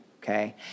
okay